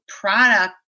product